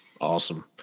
Awesome